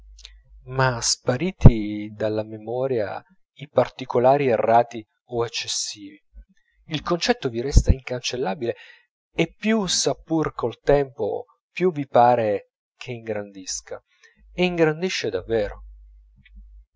ma spariti dalla memoria i particolari errati o eccessivi il concetto vi resta incancellabile e più s'appura col tempo più vi pare che ingrandisca e ingrandisce davvero